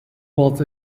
was